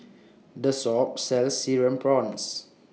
This Shop sells Cereal Prawns